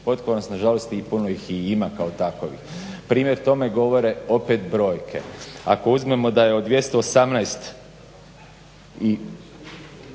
nažalost i puno ih i ima kao takovih. Primjer tome govore opet brojke, ako uzmemo da je od 218